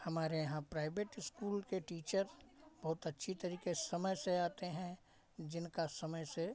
हमारे यहाँ private school के टीचर बहुत अच्छी तरीके समय से आते हैं जिनका समय से